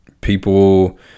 people